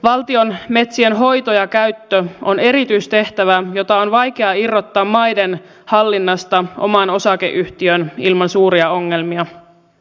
valtion metsien hoito ja käyttö on erityistehtävä jota on vaikea irrottaa maiden hallinnasta omaan osakeyhtiöön ilman suuria ongelmia